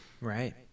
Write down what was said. right